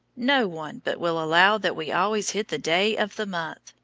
no one but will allow that we always hit the day of the month.